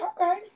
Okay